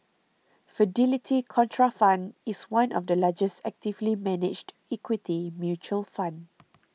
Fidelity Contrafund is one of the largest actively managed equity mutual fund